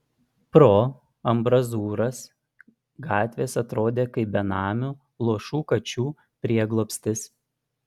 pro ambrazūras gatvės atrodė kaip benamių luošų kačių prieglobstis